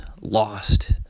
lost